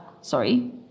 sorry